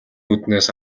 үүднээс